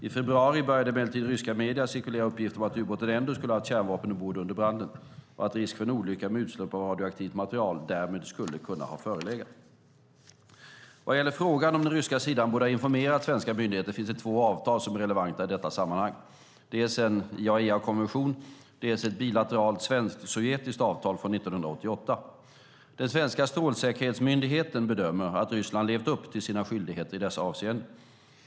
I februari började det emellertid i ryska medier cirkulera uppgifter om att ubåten ändå skulle ha haft kärnvapen ombord under branden och att risk för en olycka med utsläpp av radioaktivt material därmed skulle kunna ha förelegat. Vad gäller frågan om den ryska sidan borde ha informerat svenska myndigheter finns det två avtal som är relevanta i detta sammanhang: dels en IAEA-konvention, dels ett bilateralt svensk-sovjetiskt avtal från 1988. Den svenska Strålsäkerhetsmyndigheten bedömer att Ryssland levt upp till sina skyldigheter i dessa avseenden.